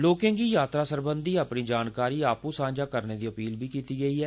लोकें गी यात्रा सरबंघी अपनी जानकारी आपू सांझा करने दी अपील बी कीती गेई ऐ